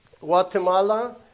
Guatemala